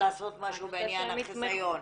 לעשות משהו בעניין החיסיון.